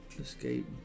Escape